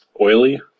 Oily